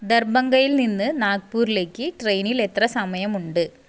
ദർഭംഗയിൽ നിന്ന് നാഗ്പൂരിലേക്ക് ട്രെയിനിൽ എത്ര സമയമുണ്ട്